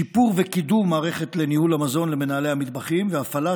שיפור וקידום מערכת לניהול המזון למנהלי המטבחים והפעלה